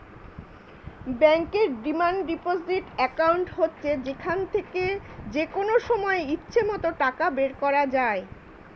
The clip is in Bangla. ব্যাংকের ডিমান্ড ডিপোজিট অ্যাকাউন্ট হচ্ছে যেখান থেকে যেকনো সময় ইচ্ছে মত টাকা বের করা যায়